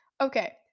okay